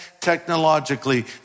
technologically